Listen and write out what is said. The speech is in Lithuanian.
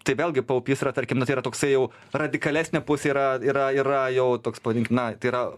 tai vėlgi paupys yra tarkim tai yra toksai jau radikalesnė pusė yra yra yra jau toks pavadinkim na tai yra